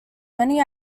many